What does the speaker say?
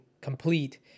complete